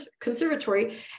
conservatory